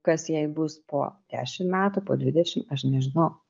kas jai bus po dešimt metų po dvidešimt aš nežinau